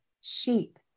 sheep